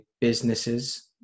businesses